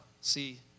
see